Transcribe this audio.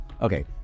Okay